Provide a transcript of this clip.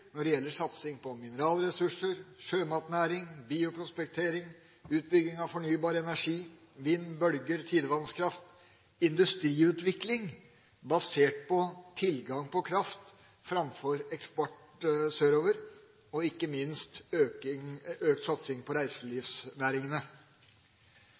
når det gjelder satsing på mineralressurser, sjømatnæring, bioprospektering, utbygging av fornybar energi, vind, bølger, tidevannskraft, industriutvikling basert på tilgang på kraft framfor eksport sørover og ikke minst økt satsing på